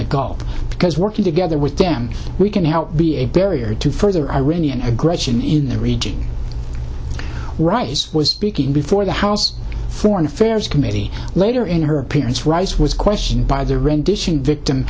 the gulf because working together with them we can help be a barrier to further iranian aggression in the region rice was speaking before the house foreign affairs committee later in her appearance rice was question by the rendition victim